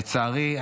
לצערי,